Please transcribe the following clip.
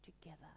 together